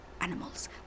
animals